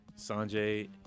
Sanjay